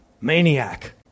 maniac